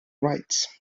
rights